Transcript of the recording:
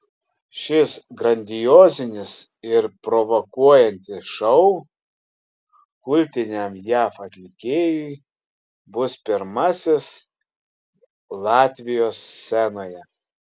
šis grandiozinis ir provokuojantis šou kultiniam jav atlikėjui bus pirmasis latvijos scenoje